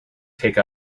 take